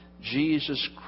Jesus